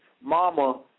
Mama